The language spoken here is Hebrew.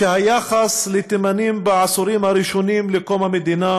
שהיחס לתימנים בעשורים הראשונים לקום המדינה